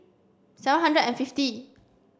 seven hundred and fifty